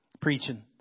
preaching